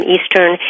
Eastern